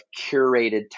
curated